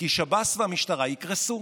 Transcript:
כי שב"ס והמשטרה יקרסו,